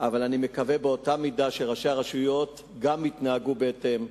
אבל אני מקווה באותה מידה שראשי הרשויות גם יתנהגו בהתאם.